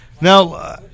Now